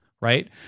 right